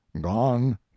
gone